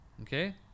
Okay